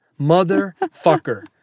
motherfucker